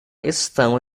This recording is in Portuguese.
estão